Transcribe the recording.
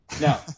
No